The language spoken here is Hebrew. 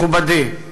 מכובדי,